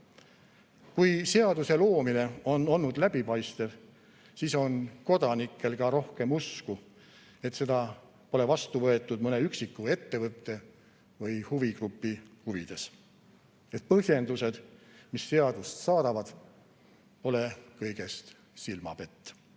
seaduse loomine on olnud läbipaistev, siis on kodanikel ka rohkem usku, et seda pole vastu võetud mõne üksiku ettevõtte või huvigrupi huvides ning et põhjendused, mis seadust saadavad, pole kõigest silmapett. Samuti